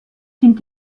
sind